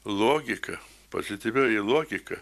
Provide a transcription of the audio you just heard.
logika pozityvioji logika